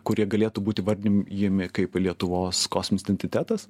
kurie galėtų būti įvardijami kaip lietuvos kosminis identitetas